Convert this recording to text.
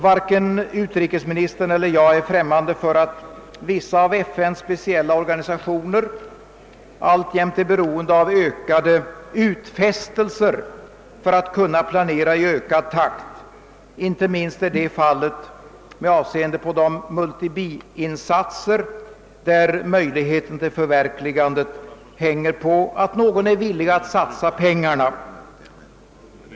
Varken utrikesministern eller jag är främmande för att vissa av FN:s speciella organisationer alltjämt är beroende av ökade utfästelser för att kunna planera i ökad takt. Inte minst är detta fallet med avseende på de multi-bi-insatser där möjligheten till förverkligande hänger på att någon är villig att satsa pengarna.